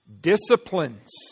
disciplines